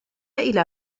إلى